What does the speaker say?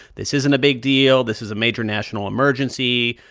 this isn't a big deal. this is a major national emergency.